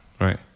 Right